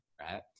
right